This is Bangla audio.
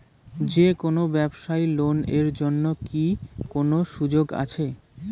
যে কোনো ব্যবসায়ী লোন এর জন্যে কি কোনো সুযোগ আসে?